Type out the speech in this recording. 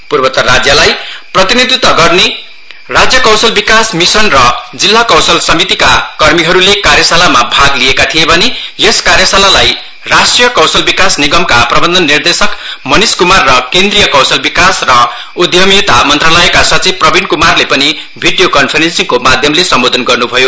पूर्वोत्तर राज्यलाई प्रतिनिधित्व गर्ने राज्य कौशल विकास मिशन र जिला कौशल समितिका कर्मिहरूले कार्यशालामा भाग लिएका थिए भने यस कार्याशालालाई राष्ट्रीय कौशल विकास निगमका प्रबन्ध निदेशक मनीष कुमार र केन्द्रीय कौशल विकास र उद्यमिता मन्त्रालयका सचिव प्रवीण कुमारले पनि भिडियो कन्फ्रेंसिङको माध्यमले सम्बोधन गर्नुभयो